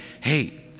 hey